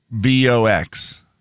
b-o-x